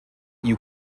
you